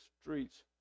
streets